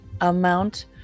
amount